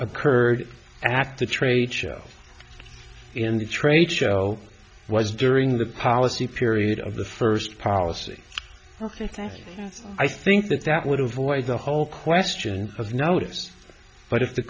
occurred at the trade show in the trade show was during the policy period of the first policy i think that that would avoid the whole question of notice but if the